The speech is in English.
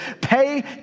pay